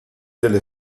delle